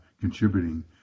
contributing